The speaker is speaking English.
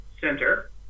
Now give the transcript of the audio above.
center